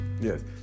Yes